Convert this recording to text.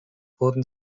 wurden